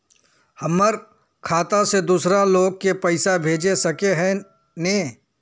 हमर खाता से दूसरा लोग के पैसा भेज सके है ने?